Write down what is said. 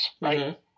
right